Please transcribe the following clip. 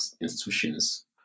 institutions